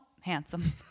handsome